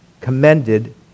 commended